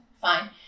fine